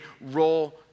role